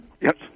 Yes